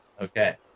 Okay